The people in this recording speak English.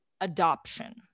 adoption